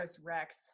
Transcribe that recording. Rex